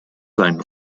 seinen